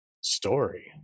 story